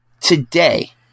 Today